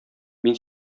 мин